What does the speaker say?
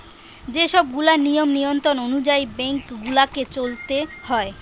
যে সব গুলা নিয়ম নিয়ন্ত্রণ অনুযায়ী বেঙ্ক গুলাকে চলতে হয়